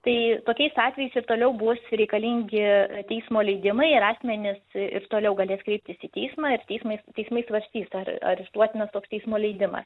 tai tokiais atvejais ir toliau bus reikalingi teismo leidimai ir asmenys ir toliau galės kreiptis į teismą ir teismai teismai svarstys ar ar išduotinas toks teismo leidimas